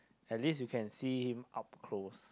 at least you can see him up close